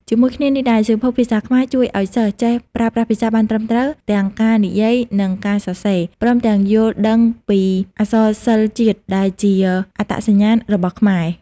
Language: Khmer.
ជាមួយគ្នានេះដែរ សៀវភៅ ភាសាខ្មែរ ជួយឱ្យសិស្សចេះប្រើប្រាស់ភាសាបានត្រឹមត្រូវ ទាំងការនិយាយនិងការសរសេរ ព្រមទាំងយល់ដឹងពីអក្សរសិល្ប៍ជាតិដែលជាអត្តសញ្ញាណរបស់ខ្មែរ។